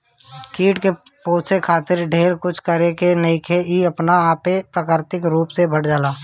कीट के पोसे खातिर ढेर कुछ करे के नईखे इ अपना आपे प्राकृतिक रूप से बढ़ जाला